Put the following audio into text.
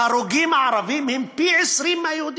ההרוגים הערבים הם פי-20 מהיהודים.